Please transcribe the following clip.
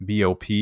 BOP